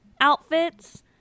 outfits